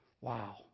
wow